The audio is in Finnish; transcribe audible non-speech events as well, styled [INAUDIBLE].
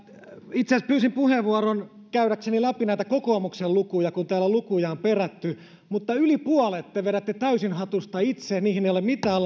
itse asiassa pyysin puheenvuoron käydäkseni läpi näitä kokoomuksen lukuja kun täällä lukuja on perätty mutta yli puolet te vedätte täysin hatusta itse niihin ei ole mitään [UNINTELLIGIBLE]